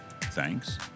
thanks